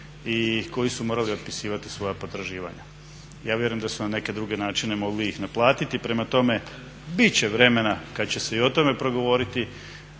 i koji su morali otpisivati svoja potraživanja. Ja vjerujem da su na neke druge načine mogli ih naplatiti. Prema tome, bit će vremena kad će se i o tome progovoriti.